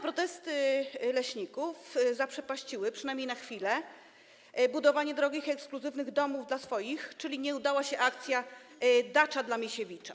Protesty leśników zaprzepaściły, przynajmniej na chwilę, budowanie drogich i ekskluzywnych domów dla swoich, czyli nie udała się akcja: dacza dla Misiewicza.